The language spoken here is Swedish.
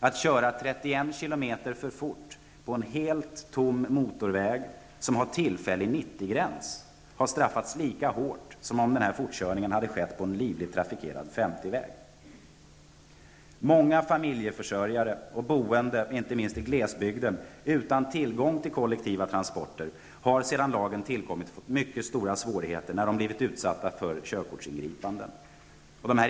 Att köra 31 km/timme för fort på en helt tom motorväg, som har tillfällig 90-gräns, har straffats lika hårt som om fortkörningen hade skett på en livligt trafikerad 50-väg. Många familjeförsörjare och boende inte minst i glesbygden, utan tillgång till kollektiva transporter, har sedan lagen tillkom fått mycket stora svårigheter när de blivit utsatta för körkortsingripanden.